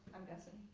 i'm guessing.